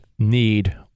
need